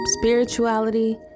spirituality